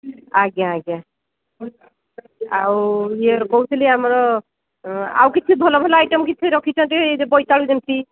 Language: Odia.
ଆଜ୍ଞା ଆଜ୍ଞା ଆଉ ଇଏ କହୁଥିଲି ଆମର ଆଉ କିଛି ଭଲ ଭଲ ଆଇଟମ୍ କିଛି ରଖିଛନ୍ତି ବୋଇତାଳୁ ଯେମିତି